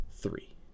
three